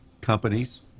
companies